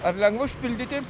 ar lengva užpildyti